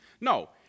No